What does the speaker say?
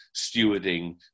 stewarding